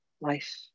Life